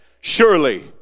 Surely